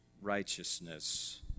righteousness